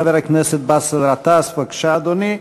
חבר הכנסת באסל גטאס, בבקשה, אדוני.